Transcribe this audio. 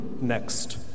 next